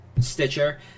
Stitcher